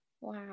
Wow